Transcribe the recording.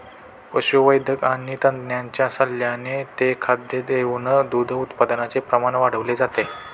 पशुवैद्यक आणि तज्ञांच्या सल्ल्याने ते खाद्य देऊन दूध उत्पादनाचे प्रमाण वाढवले जाते